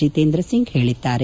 ಜಿತೇಂದ್ರ ಸಿಂಗ್ ಹೇಳಿದ್ದಾರೆ